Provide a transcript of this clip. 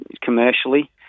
commercially